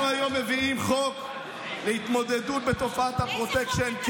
אנחנו היום מביאים חוק להתמודדות עם תופעת הפרוטקשן.